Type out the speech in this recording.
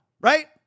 Right